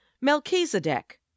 Melchizedek